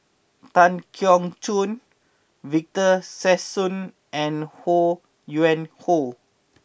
Tan Keong Choon Victor Sassoon and Ho Yuen Hoe